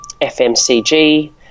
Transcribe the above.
fmcg